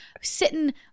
sitting